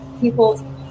people